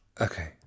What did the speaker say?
Okay